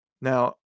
Now